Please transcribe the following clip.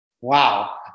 wow